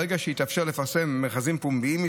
ברגע שיתאפשר לפרסם מכרזים פומביים,